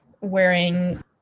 wearing